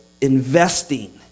investing